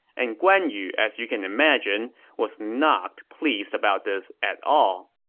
and guan yu, as you can imagine, was not pleased about this at all.